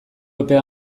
epea